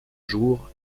jour